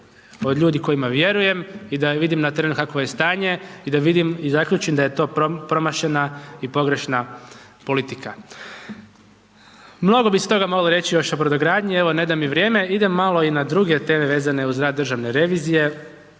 od ljudi kojima vjerujem i da vidim na terenu kakvo je stanje i da vidim i zaključim da je to promašena i pogrešna politika. Mnogo bi se toga moglo reći još o brodogradnji, evo, ne da mi vrijeme. Idem malo i na druge teme vezane uz rad državne revizije.